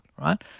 right